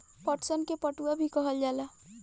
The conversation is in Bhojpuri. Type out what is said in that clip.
पटसन के पटुआ भी कहल जाला